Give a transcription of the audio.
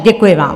Děkuji vám.